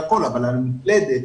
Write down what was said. אבל במקלדת